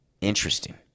Interesting